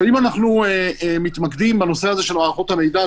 אם אנחנו מתמקדים בנושא הזה של מערכות המידע,